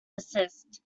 desist